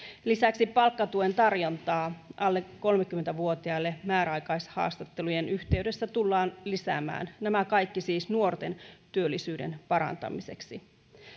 lisäksi palkkatuen tarjontaa alle kolmekymmentä vuotiaille määräaikaishaastattelujen yhteydessä tullaan lisäämään nämä kaikki siis nuorten työllisyyden parantamiseksi